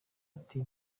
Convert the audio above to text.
ati